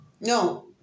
No